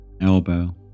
elbow